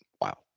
wow